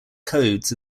codes